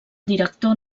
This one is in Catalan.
director